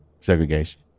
segregation